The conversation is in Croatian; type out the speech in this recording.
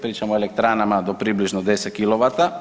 Pričamo o elektranama do približno 10 kW.